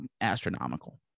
astronomical